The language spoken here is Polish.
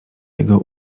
jego